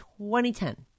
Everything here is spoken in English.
2010